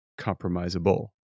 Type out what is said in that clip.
compromisable